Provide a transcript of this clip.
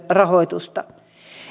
rahoitusta